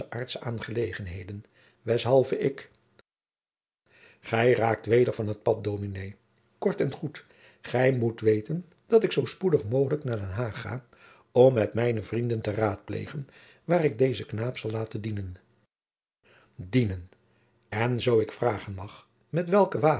aardsche aangelegenheden weshalve ik gij raakt weder van t pad dominé kort en goed gij moet weten dat ik zoo spoedig mogelijk naar den haag ga om met mijne vrienden te raadplegen waar ik dezen knaap zal laten dienen dienen en zoo ik vragen mag met welke